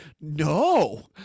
no